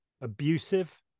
abusive